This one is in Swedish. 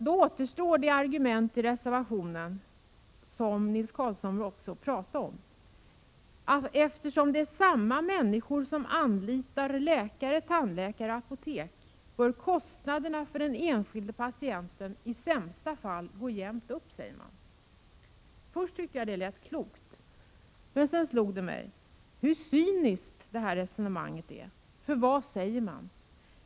Då återstår det argument i reservationen som Nils Carlshamre pratade om. Eftersom det är samma människor som anlitar läkare, tandläkare och apotek bör kostnaderna för den enskilde patienten i sämsta fall gå jämt upp, säger man. Först tyckte jag att det lät klokt. Men sedan slog det mig hur cyniskt det här resonemanget är. Vad säger man?